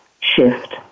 shift